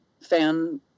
fan